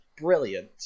brilliant